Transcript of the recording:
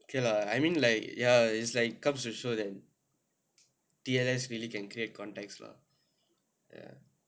okay lah I mean like ya is like comes to show that T_N_S really can clear context lah ya